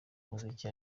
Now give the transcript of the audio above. umuziki